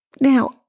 Now